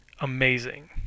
amazing